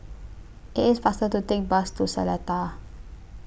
IT IS faster to Take The Bus to Seletar